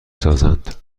سازند